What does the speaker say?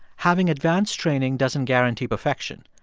having advanced training doesn't guarantee perfection.